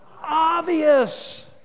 obvious